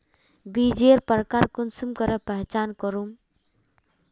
बीजेर प्रकार कुंसम करे पहचान करूम?